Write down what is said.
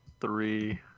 three